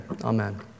amen